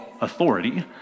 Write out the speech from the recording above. Authority